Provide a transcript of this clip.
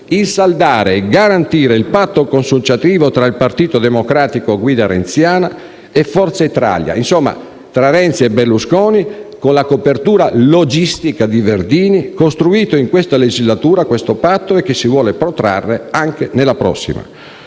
saldare e garantire il patto consociativo tra il Partito Democratico, a guida renziana, e Forza Italia, tra Renzi e Berlusconi, con la copertura logistica di Verdini, costruito in questa legislatura e che si vuole protrarre nella prossima.